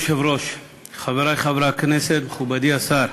אדוני היושב-ראש, חברי חברי הכנסת, מכובדי השר,